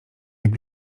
jak